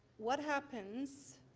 what happens